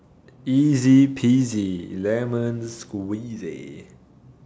easy peasy lemon squeezy